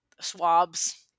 swabs